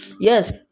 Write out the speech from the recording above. Yes